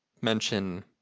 mention